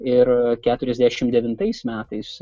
ir keturiasdešimt devintais metais